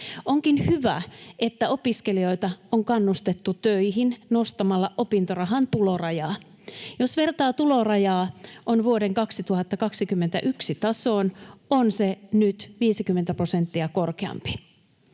Onkin hyvä, että opiskelijoita on kannustettu töihin nostamalla opintorahan tulorajaa. Jos vertaa tulorajaa vuoden 2021 tasoon, on se nyt 50 prosenttia korkeampi.